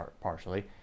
partially